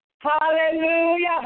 hallelujah